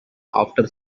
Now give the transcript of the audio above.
after